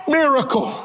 miracle